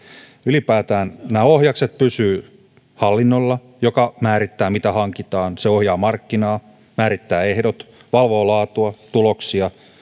ylipäätään ohjakset pysyvät hallinnolla joka määrittää mitä hankitaan se ohjaa markkinaa määrittää ehdot ja valvoo laatua ja tuloksia